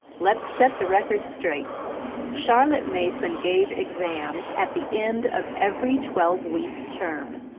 let's set the record straight charlotte mason gave exams at the end of every twelve-week term.